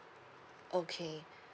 okay